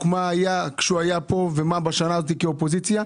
מה היה כשהוא היה כאן ומה הנה בשנה הזאת כאופוזיציה.